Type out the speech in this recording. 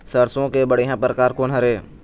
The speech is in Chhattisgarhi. सरसों के बढ़िया परकार कोन हर ये?